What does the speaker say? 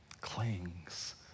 clings